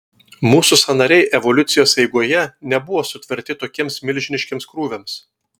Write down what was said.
mūsų sąnariai evoliucijos eigoje nebuvo sutverti tokiems milžiniškiems krūviams